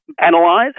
analyze